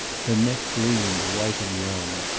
her neck gleamed white and young.